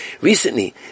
recently